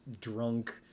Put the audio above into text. drunk